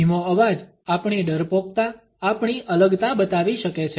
ધીમો અવાજ આપણી ડરપોકતા આપણી અલગતા બતાવી શકે છે